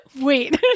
Wait